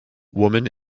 woman